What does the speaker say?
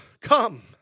come